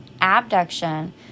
abduction